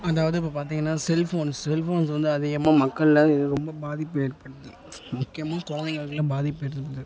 அதாவது இப்போ பார்த்திங்கன்னா செல்ஃபோன்ஸ் செல்ஃபோன்ஸ் வந்து அதிகமாக மக்களில் இது ரொம்ப பாதிப்பு ஏற்படுது முக்கியமாக கொழந்தைங்களுக்குலாம் பாதிப்பு ஏற்படுது